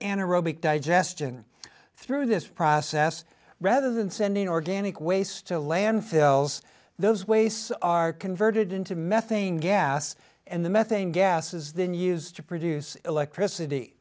anaerobic digestion through this process rather than sending organic waste to landfills those wastes are converted into methane gas and the methane gas is then used to produce electricity